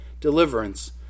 deliverance